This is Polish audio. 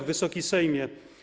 Wysoki Sejmie!